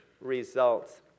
results